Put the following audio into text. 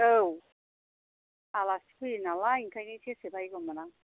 औ आलासि फैयोनालाय ओंखायनो सेरसे बायगौमोन आं